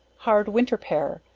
hard winter pear,